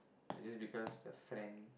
and just because the friend